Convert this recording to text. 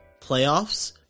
playoffs